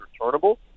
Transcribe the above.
returnable